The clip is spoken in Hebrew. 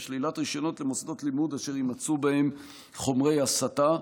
ושלילת רישיונות במוסדות לימוד אשר יימצאו בהם חומרי הסתה.